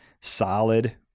solid